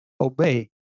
obey